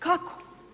Kako?